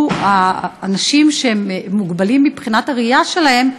האנשים שהם מוגבלים מבחינת הראייה שלהם,